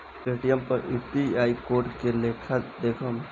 Paytm पर UPI code के लेखा देखम?